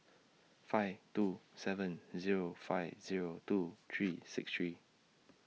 five two seven Zero five Zero two three six three